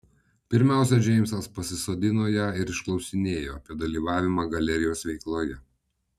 pirmiausia džeimsas pasisodino ją ir išklausinėjo apie dalyvavimą galerijos veikloje